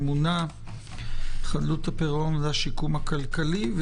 חדלות הפירעון והשיקום הכלכלי,